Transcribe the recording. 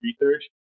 research